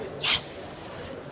Yes